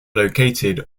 located